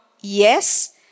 yes